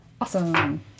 Awesome